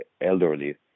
elderly